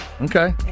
Okay